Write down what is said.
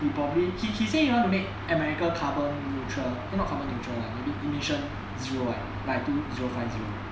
he probably he he said he want to make america carbon neutral not carbon neutral lah maybe emission zero ah by two zero five zero